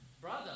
brother